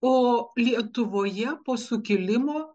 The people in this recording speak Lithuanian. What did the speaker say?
o lietuvoje po sukilimo